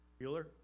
Bueller